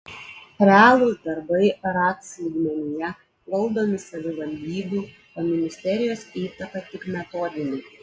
realūs darbai ratc lygmenyje valdomi savivaldybių o ministerijos įtaka tik metodinė